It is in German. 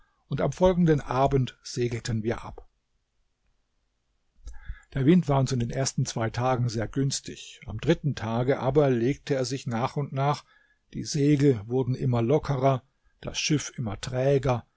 und am folgenden abend segelten wir ab der wind war uns in den ersten zwei tagen sehr günstig am dritten tage aber legte er sich nach und nach die segel wurden immer lockerer das schiff immer träger